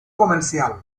comercial